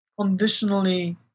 conditionally